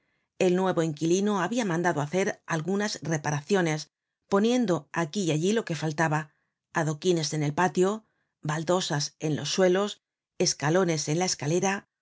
el nuevo inquilino habia mandado hacer algunas reparaciones poniendo aquí y allí lo que faltaba adoquines en el patio baldosas en los suelos escalones en la escalera